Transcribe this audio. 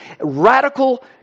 radical